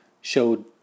showed